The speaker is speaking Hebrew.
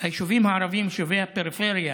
היישובים הערביים, יישובי הפריפריה,